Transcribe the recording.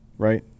Right